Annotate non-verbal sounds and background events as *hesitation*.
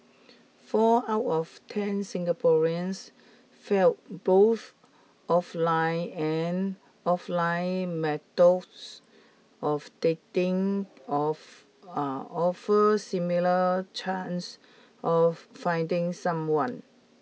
four out of ten Singaporeans felt both offline and offline methods of dating of *hesitation* offered similar chances of finding someone